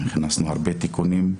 הכנסנו הרבה תיקונים.